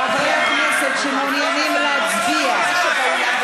חברי הכנסת שמעוניינים להצביע, מה שקורה,